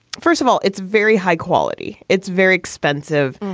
first of all, it's very high quality. it's very expensive.